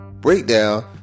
breakdown